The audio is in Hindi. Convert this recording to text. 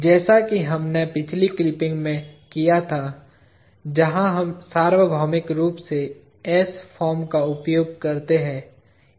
जैसा कि हमने पिछली क्लिपिंग में किया था जहां हम सार्वभौमिक रूप से s फॉर्म का उपयोग करते हैं